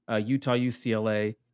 Utah-UCLA